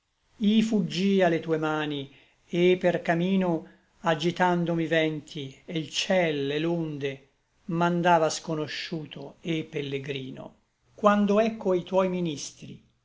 fuggia le tue mani et per camino agitandom'i vènti e l ciel et l'onde m'andava sconosciuto et pellegrino quando ecco i tuoi ministri